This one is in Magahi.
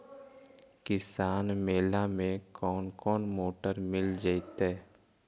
किसान मेला में कोन कोन मोटर मिल जैतै?